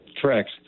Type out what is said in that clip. Correct